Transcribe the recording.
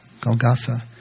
Golgotha